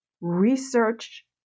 Research